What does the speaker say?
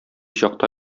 чакта